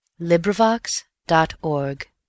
LibriVox.org